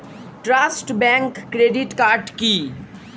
Trust bank credit card কি?